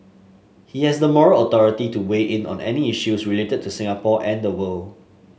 he has the moral authority to weigh in on any issues related to Singapore and the world